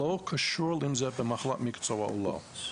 לא קשור אם זה במחלת מקצוע או לא.